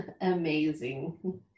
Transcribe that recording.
amazing